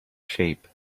shape